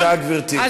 תודה, גברתי.